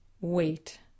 Wait